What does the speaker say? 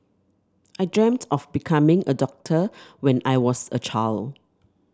I dreamt of becoming a doctor when I was a child